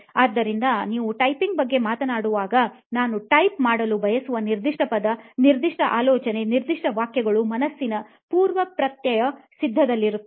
ಆದ್ದರಿಂದ ನಾವು ಟೈಪಿಂಗ್ ಬಗ್ಗೆ ಮಾತನಾಡುವಾಗ ನಾವು ಟೈಪ್ ಮಾಡಲು ಬಯಸುವ ನಿರ್ದಿಷ್ಟ ಪದ ನಿರ್ದಿಷ್ಟ ಆಲೋಚನೆ ನಿರ್ದಿಷ್ಟ ವಾಕ್ಯ ಗಳು ಮನಸ್ಸಿನ ಪೂರ್ವಪ್ರತ್ಯಯ ಸ್ಥಿತಿಯಲ್ಲಿರುತ್ತವೆ